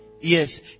Yes